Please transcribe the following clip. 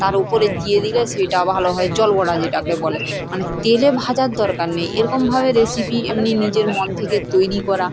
তার উপরে দিয়ে দিলে সেটা ভালো হয় জল বড়া যেটাকে বলে মানে তেলে ভাজার দরকার নেই এরকমভাবে রেসিপি এমনি নিজের মন থেকে তৈরি করা